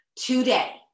today